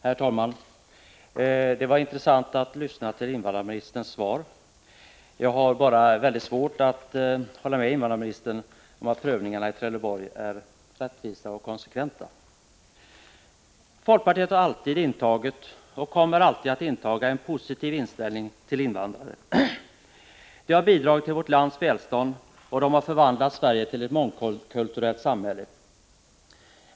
Herr talman! Det var intressant att lyssna till invandrarministerns svar. Jag har bara väldigt svårt att hålla med invandrarministern om att prövningarna i Trelleborg är rättvisa och konsekventa. Folkpartiet har alltid intagit och kommer alltid att inta en positiv inställning till invandrare. De har bidragit till vårt lands välstånd, och de har förvandlat Sverige till ett mångkulturellt samhälle.